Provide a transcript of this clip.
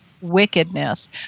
wickedness